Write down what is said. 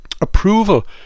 approval